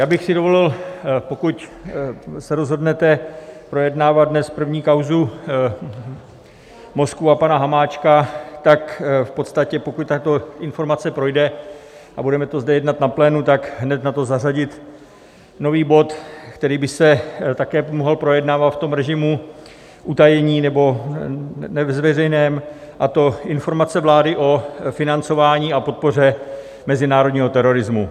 Já bych si dovolil, pokud se rozhodnete projednávat dnes první kauzu Moskvu a pana Hamáčka, tak v podstatě, pokud tato informace projde a budeme to zde jednat na plénu, tak hned za to zařadit nový bod, který by se také mohl projednávat v režimu utajení nebo neveřejném, a to Informace vlády o financování a podpoře mezinárodního terorismu.